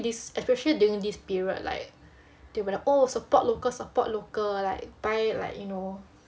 this especially during this period like they will be like oh support local support local like buy like you know